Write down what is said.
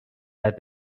that